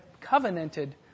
covenanted